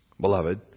beloved